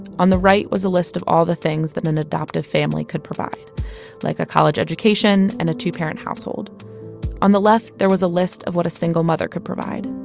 on the right was a list of all the things that an adoptive family could provide like a college education and a two-parent household one the left, there was a list of what a single mother could provide.